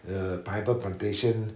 the pineapple plantation